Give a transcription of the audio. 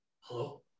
Hello